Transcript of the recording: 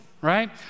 right